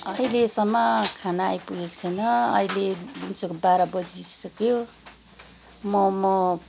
अहिलेसम्म खाना आइपुगेको छैन अहिले दिउँसोको बाह्र बजिसक्यो मोमो